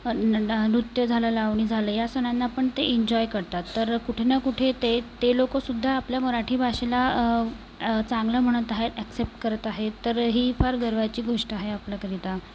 न नृत्य झालं लावणी झालं या सणांना पण ते एन्जॉय करतात तर कुठे ना कुठे ते ते लोकसुद्धा आपल्या मराठी भाषेला चांगलं म्हणत आहे ऍक्ससेप्ट करत आहेत तर ही फार गर्वाची गोष्ट आहे आपल्याकरिता